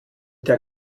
der